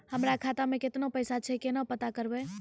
हमरा खाता मे केतना पैसा छै, केना पता करबै?